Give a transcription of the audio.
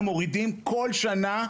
כל שנה,